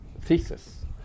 thesis